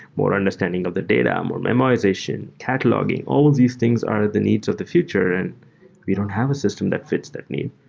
more understanding of the data, more memoization, cataloguing. all of the things are the needs of the future and we don't have a system that fits that need.